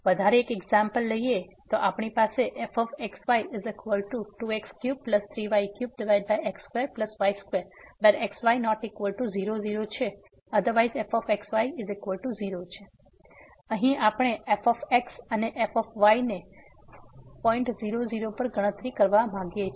બીજી સમસ્યા તેથી અહીં આપણી પાસે છે fxy2x33y3x2y2xy≠00 0elsewhere તેથી આપણે fx અને fy ને પોઇન્ટ 00 પર ગણતરી કરવા માંગીએ છીએ